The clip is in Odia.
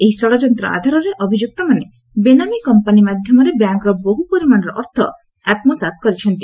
ଏହି ଷଡ଼ଯନ୍ତ୍ର ଆଧାରରେ ଅଭିଯୁକ୍ତମାନେ ବେନାମୀ କମ୍ପାନି ମାଧ୍ୟମରେ ବ୍ୟାଙ୍କର ବହୁ ପରିମାଣର ଅର୍ଥ ଆତ୍ମସାତ କରିଛନ୍ତି